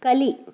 ಕಲಿ